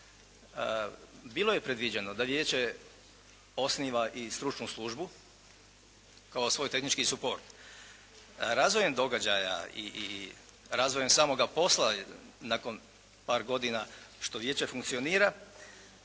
Bilo je predviđeno da vijeće osniva i stručnu službu kao svoj tehnički suport. Razvojem događaja i razvojem samoga posla nakon par godina što vijeće funkcionira